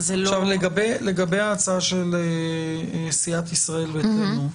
לגבי ההצעה של סיעת ישראל ביתנו.